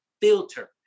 filter